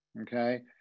okay